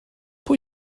pwy